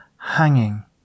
hanging